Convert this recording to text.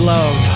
Love